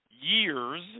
years